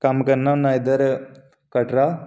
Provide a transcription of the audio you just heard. कम्म करना होन्ना इद्धर कटरा